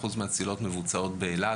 מרכזי צלילה זה מקום שעובד ברישיון,